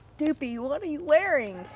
doopey, what are you wearing?